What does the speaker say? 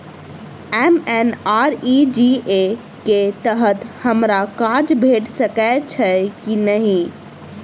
MNREGA कऽ तहत हमरा काज भेट सकय छई की नहि?